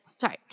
Sorry